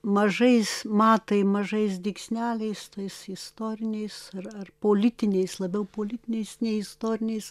mažais matai mažais dygsneliais tais istoriniais ar ar politiniais labiau politiniais nei istoriniais